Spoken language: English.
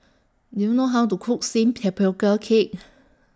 Do YOU know How to Cook Steamed Tapioca Cake